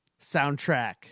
soundtrack